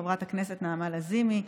חברת הכנסת נעמה לזימי,